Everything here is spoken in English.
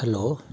hello